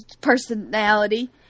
personality